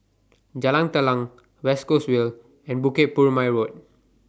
Jalan Telang West Coast Vale and Bukit Purmei Road